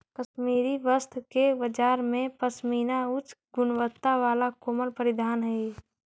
कश्मीरी वस्त्र के बाजार में पशमीना उच्च गुणवत्ता वाला कोमल परिधान हइ